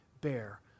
bear